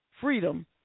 freedom